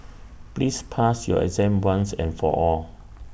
please pass your exam once and for all